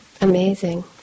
amazing